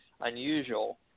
unusual